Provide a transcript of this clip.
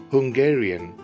Hungarian